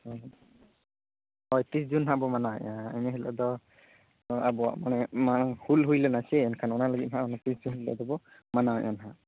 ᱦᱳᱭ thirty June ᱦᱟᱸᱜ ᱵᱚᱱ ᱢᱟᱱᱟᱣᱭᱮᱜᱼᱟ ᱤᱱᱟᱹ ᱦᱤᱞᱳᱜ ᱫᱚ ᱟᱵᱚᱣᱟᱜ ᱢᱟᱱᱮ ᱢᱟᱲᱟᱝ ᱦᱩᱞ ᱦᱩᱭᱞᱮᱱᱟ ᱥᱮ ᱮᱱᱠᱷᱟᱱ ᱚᱱᱟ ᱞᱟᱹᱜᱤᱫ ᱦᱟᱸᱜ ᱚᱱᱟ ᱛᱤᱨᱤᱥ ᱡᱩᱱ ᱦᱤᱞᱳᱜ ᱫᱚᱵᱚᱱ ᱢᱟᱱᱟᱣᱭᱮᱜᱼᱟ ᱱᱟᱦᱟᱸᱜ